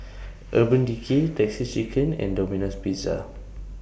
Urban Decay Texas Chicken and Domino's Pizza